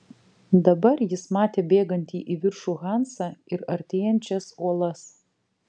dabar jis matė bėgantį į viršų hansą ir artėjančias uolas